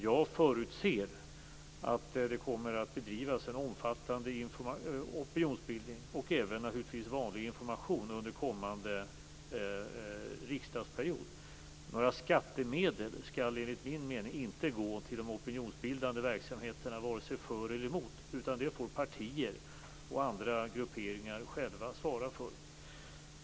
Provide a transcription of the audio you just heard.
Jag förutser att det kommer att bedrivas en omfattande opinionsbildning, och även naturligtvis vanlig information, under kommande riksdagsperiod. Några skattemedel skall enligt min mening inte gå till de opinionsbildande verksamheterna vare sig för eller emot. Det får partier och andra grupperingar själva svara för.